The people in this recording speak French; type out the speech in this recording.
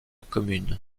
commune